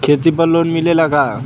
खेत पर लोन मिलेला का?